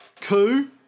coup